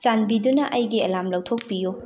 ꯆꯥꯟꯕꯤꯗꯨꯅ ꯑꯩꯒꯤ ꯑꯦꯂꯥꯔꯝ ꯂꯧꯊꯣꯛꯄꯤꯌꯨ